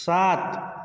सात